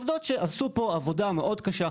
עובדות שעשו פה עבודה מאוד קשה.